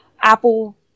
Apple